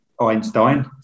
Einstein